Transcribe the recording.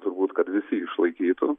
turbūt kad visi išlaikytų